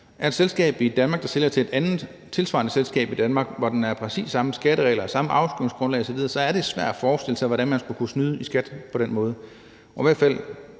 er et selskab i Danmark, der sælger til et andet tilsvarende selskab i Danmark, hvor der er præcis samme skatteregler og samme afskrivningsgrundlag osv., så er det svært at forestille sig, hvordan man skulle kunne snyde i skat på den måde.